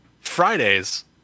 fridays